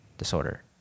Disorder